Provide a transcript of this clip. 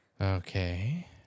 Okay